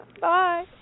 Bye